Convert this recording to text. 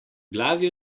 glavi